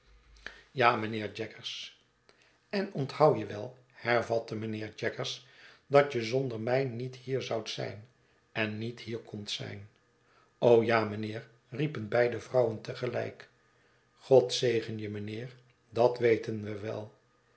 ja mynheer jaggers en onthou je wel hervatte mijnheer jaggers dat je zonder my niet hier zoudt zijn en niet hier kondt zijn ja mijnheer riepen beide vrouwen te gelijk god zegen je mijnheer dat weten we wel